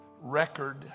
record